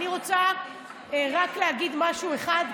אני רוצה רק להגיד משהו אחד,